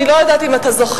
אני לא יודעת אם אתה זוכר,